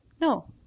No